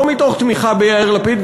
לא מתוך תמיכה ביאיר לפיד,